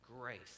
grace